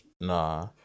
nah